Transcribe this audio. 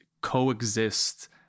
coexist